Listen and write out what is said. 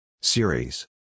Series